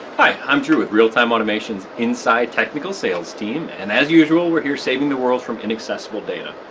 hi, i'm drew with real time automation's inside technical sales team, and as usual, we're here saving the world from inaccessible data.